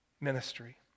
ministry